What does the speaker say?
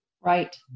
Right